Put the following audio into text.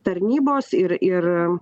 tarnybos ir ir